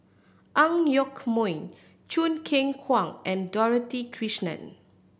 Ang Yoke Mooi Choo Keng Kwang and Dorothy Krishnan